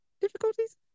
Difficulties